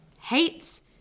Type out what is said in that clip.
hates